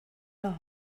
love